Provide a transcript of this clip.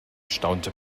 staunte